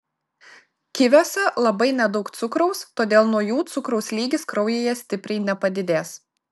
kiviuose labai nedaug cukraus todėl nuo jų cukraus lygis kraujyje stipriai nepadidės